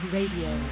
Radio